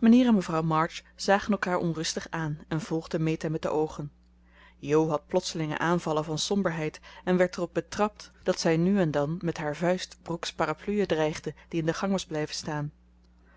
mijnheer en mevrouw march zagen elkaar onrustig aan en volgden meta met de oogen jo had plotselinge aanvallen van somberheid en werd er op betrapt dat zij nu en dan met haar vuist brooke's parapluie dreigde die in de gang was blijven staan